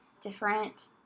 different